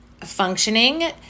functioning